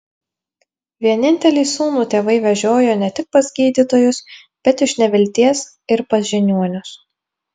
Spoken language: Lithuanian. vienintelį sūnų tėvai vežiojo ne tik pas gydytojus bet iš nevilties ir pas žiniuonius